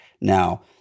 now